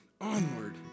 onward